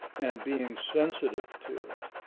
and being sensitive to it.